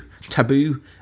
Taboo